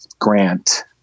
grant